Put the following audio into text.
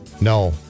No